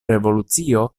revolucio